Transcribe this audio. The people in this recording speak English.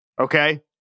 Okay